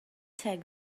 take